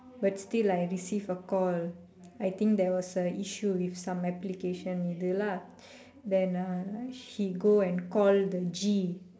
but still I receive a call I think there was a issue with some application இது:ithu lah then uh he go and call the G